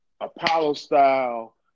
Apollo-style